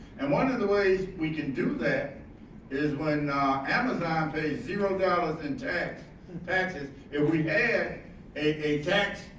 and one of the ways we can do that is when amazon pays zero dollars in tax taxes. if we add a tax,